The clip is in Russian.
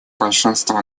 большинство